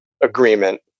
agreement